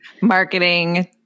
marketing